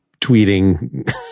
tweeting